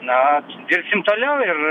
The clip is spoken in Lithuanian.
na dirbsim toliau ir